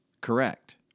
correct